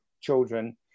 children